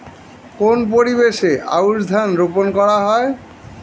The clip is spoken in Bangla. কোন পরিবেশে আউশ ধান রোপন করা হয়?